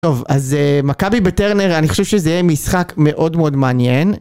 טוב, אז מכבי בטרנר, אני חושב שזה יהיה משחק מאוד מאוד מעניין.